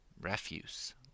refuse